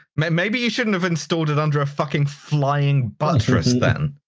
maybe you shouldn't have installed it under a fucking flying buttress then!